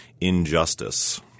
injustice